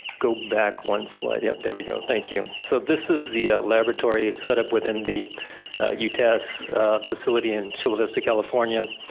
go back one slide, yup, there we go, thank you. so this is the laboratory setup within the utas facility in chula vista, california.